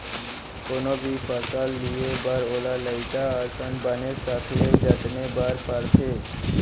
कोनो भी फसल लिये बर ओला लइका असन बनेच सखले जतने बर परथे